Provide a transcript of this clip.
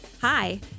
Hi